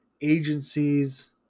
agencies